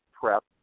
prep